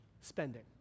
Spending